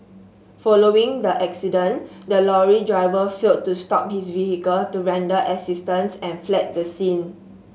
following the accident the lorry driver failed to stop his vehicle to render assistance and fled the scene